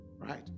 right